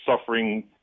suffering